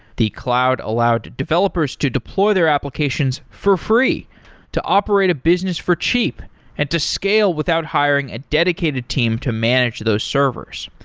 the cloud allowed developers to deploy their applications for free to operate a business for cheap and to scale without hiring a dedicated team to manage those servers.